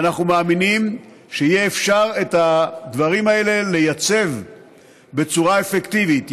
ואנחנו מאמינים שיהיה אפשר לייצב את הדברים האלה בצורה אפקטיבית.